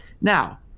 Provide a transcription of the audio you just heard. Now